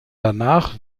danach